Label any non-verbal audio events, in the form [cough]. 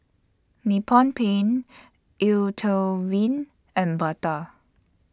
Nippon Paint Eau [unintelligible] and Bata